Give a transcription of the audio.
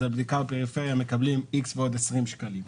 אז על בדיקה בפריפריה הם מקבלים x פלוס 20 שקלים.